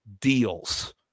deals